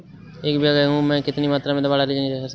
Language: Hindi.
एक बीघा गेहूँ में कितनी मात्रा में दवा डाली जा सकती है?